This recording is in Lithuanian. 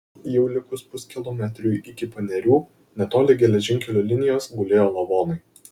jau likus puskilometriui iki panerių netoli geležinkelio linijos gulėjo lavonai